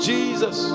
Jesus